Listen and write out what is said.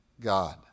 God